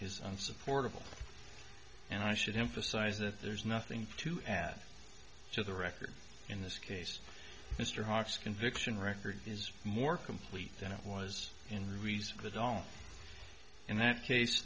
is unsupportable and i should emphasize that there's nothing to add to the record in this case mr hock's conviction record is more complete than it was in reserve the dollar in that case